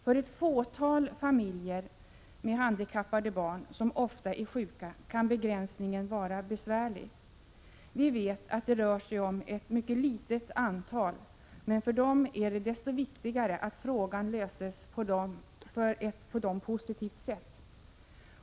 För ett fåtal familjer med handikappade barn, som ofta är sjuka, kan begränsningen vara besvärlig. Vi vet att det rör sig om ett mycket litet antal, men för dem är det desto viktigare att frågan löses på ett för dem positivt sätt.